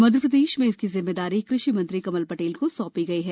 मध्यप्रदेश में इसकी जिम्मेदारी कृषि मंत्री कमल पटेल को सौंपी गई है